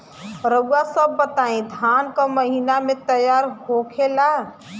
रउआ सभ बताई धान क महीना में तैयार होखेला?